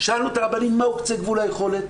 שאלנו את הרבנים מהו קצה גבול היכולת,